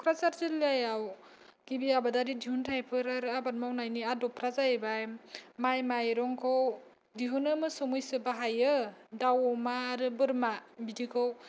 क'क्राझार जिल्लायाव गिबि आबादारि दिहुनथायफोर आरो आबाद मावनायनि आदबफ्रा जाहैबाय माइ माइरंखौ दिहुननो मोसौ मैसो बाहायो दाउ अमा आरो बोरमा बिदिखौ